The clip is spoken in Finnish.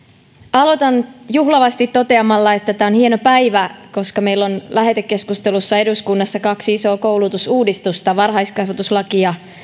aloitan juhlavasti toteamalla että tämä on hieno päivä koska meillä on lähetekeskustelussa eduskunnassa kaksi isoa koulutusuudistusta varhaiskasvatuslaki ja